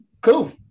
cool